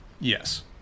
Yes